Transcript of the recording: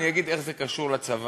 תכף אגיד איך זה קשור לצבא.